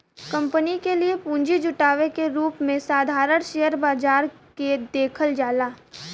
company के लिए पूंजी जुटावे के रूप में साधारण शेयर बाजार के देखल जाला